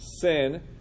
sin